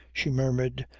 she murmured,